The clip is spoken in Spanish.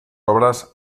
obras